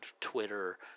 Twitter